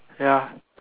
ya